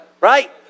right